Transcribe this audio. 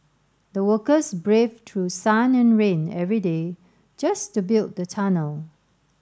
the workers braved to sun and rain every day just to build the tunnel